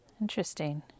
Interesting